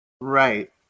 Right